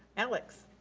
alex.